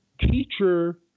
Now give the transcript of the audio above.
teacher